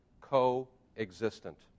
coexistent